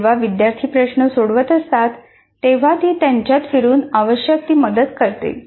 जेव्हा विद्यार्थी प्रश्न सोडवत असतात तेव्हा ती त्यांच्याच फिरून आवश्यक ती मदत करते